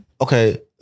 Okay